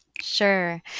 Sure